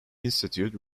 institute